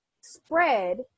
spread